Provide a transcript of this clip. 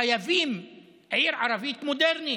חייבים עיר ערבית מודרנית,